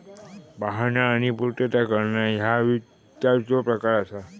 पाहणा आणि पूर्तता करणा ह्या वित्ताचो प्रकार असा